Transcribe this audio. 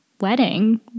wedding